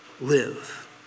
live